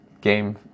game